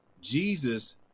jesus